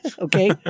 Okay